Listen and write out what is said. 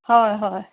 হয় হয়